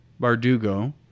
Bardugo